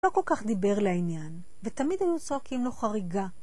הוא לא כל כך דיבר לעניין, ותמיד היו צועקים לו חריגה.